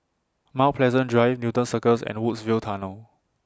Mount Pleasant Drive Newton Circus and Woodsville Tunnel